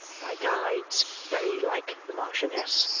by guides very like the marchioness.